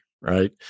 right